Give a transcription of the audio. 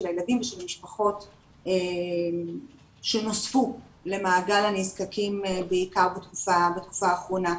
הילדים ושל משפחות שנוספו למעגל הנזקקים בעיקר בתקופה האחרונה,